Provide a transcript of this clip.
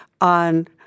on